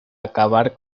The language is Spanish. acabar